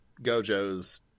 Gojo's